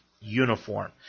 uniform